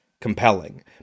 compelling